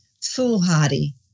foolhardy